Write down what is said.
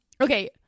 okay